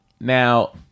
Now